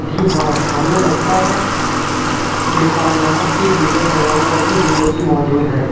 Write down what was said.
جی ہاں ہمیں لگتا ہے کہ کائنات کے دیگر سیاروں پر بھی زندگی موجود ہے